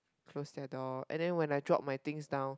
close their door and then when I drop my things down